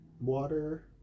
water